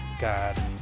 God